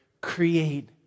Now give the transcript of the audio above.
create